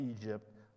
Egypt